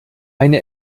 eine